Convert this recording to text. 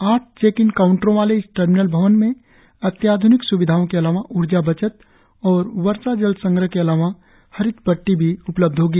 आठ check in काउंटरों वाले इस टर्मिनल भवन में अत्याध्निक स्विधाओं के अलावा ऊर्जा बचत और वर्षा जल संग्रह के अलावा हरित पट्टी भी उपलब्ध होगी